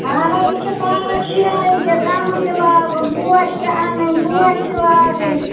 اَہَن حظ یہِ چھِ پارَک شیرٕنۍ تہِ درمُن تہِ لَاگُن پوٚش تہِ اَنٕنۍ پوٚش تہِ لاگٔنۍ